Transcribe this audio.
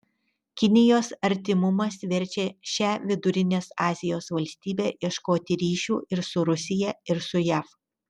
kinijos artimumas verčia šią vidurinės azijos valstybę ieškoti ryšių ir su rusija ir su jav